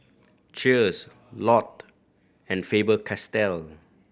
Cheers Lotte and Faber Castell